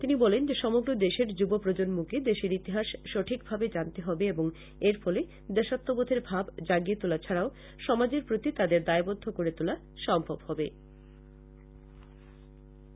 তিনি বলেন যে সমগ্র দেশের যুব প্রজন্মকে দেশের ইতিহাস সঠিকভাবে জানতে হবে এবং এর ফলে দেশাত্মবোধের ভাব জাগিয়ে তোলা ছাড়াও সমাজের প্রতি তাদের দায়বদ্ধ করে তোলা সম্ভব হবে